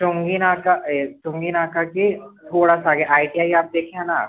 चुंगी नाका चुंगी नाका के थोड़ा सा आगे आई टी आई आप देखे हैं न